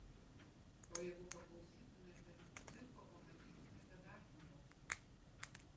o jeigu paklausytumėte dziko pamatytumėte dar toliau